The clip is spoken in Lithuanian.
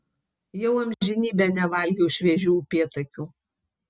jau amžinybę nevalgiau šviežių upėtakių